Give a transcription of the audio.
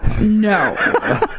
No